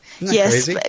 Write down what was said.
Yes